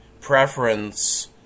preference